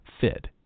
fit